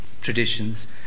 traditions